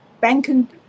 banking